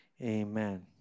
Amen